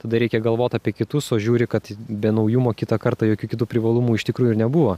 tada reikia galvot apie kitus o žiūri kad be naujumo kitą kartą jokių kitų privalumų iš tikrųjų ir nebuvo